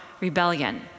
rebellion